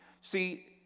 see